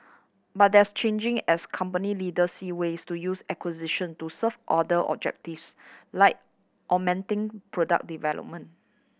but that's changing as company leaders see ways to use acquisitions to serve other objectives like augmenting product development